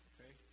Okay